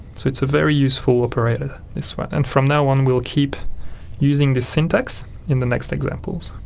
so it's a very useful operator this one, and from now on we'll keep using this syntax in the next examples.